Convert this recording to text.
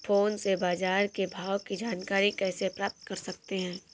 Phone से बाजार के भाव की जानकारी कैसे प्राप्त कर सकते हैं?